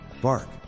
Bark